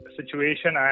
situation